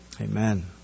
Amen